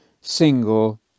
single